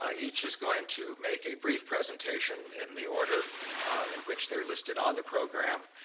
ah each is going to make a brief presentation in the order in which they're listed on the program.